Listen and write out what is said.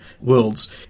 world's